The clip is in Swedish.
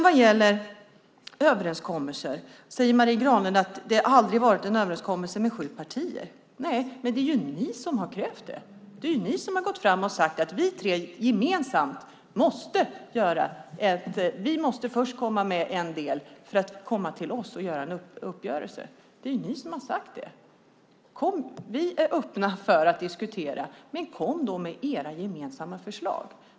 Vad gäller överenskommelser säger Marie Granlund att det aldrig varit en överenskommelse med sju partier. Nej, men det är ni som har krävt det. Det är ni som har sagt att ni tre gemensamt måste komma med er del för att ni ska göra en uppgörelse med oss. Det är ni som har sagt det. Kom, vi är öppna för att diskutera. Men kom med era gemensamma förslag.